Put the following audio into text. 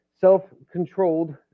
self-controlled